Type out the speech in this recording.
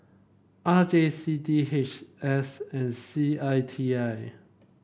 R J C D H S and C I T I